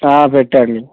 పెట్టండి